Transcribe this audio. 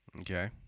Okay